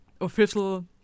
official